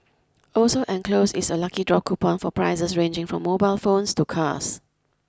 also enclosed is a lucky draw coupon for prizes ranging from mobile phones to cars